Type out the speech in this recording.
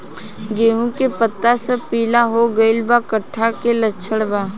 गेहूं के पता सब पीला हो गइल बा कट्ठा के लक्षण बा?